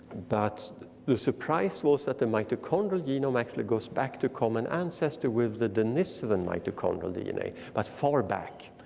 but the surprise was that the mitochondrial genome actually goes back to common ancestor with the denisovan mitochondrial dna but far back.